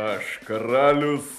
aš karalius